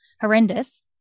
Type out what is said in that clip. horrendous